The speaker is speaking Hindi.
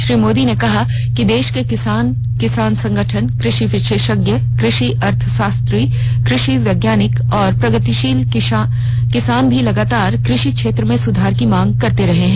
श्री मोदी ने कहा कि देश के किसान किसानों संगठन कृषि विशेषज्ञ कृषि अर्थशास्त्री कृषि वैज्ञानिक और प्रगतिशील किसान भी लगातार कृषि क्षेत्र में सुधार की मांग करते रहे हैं